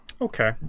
Okay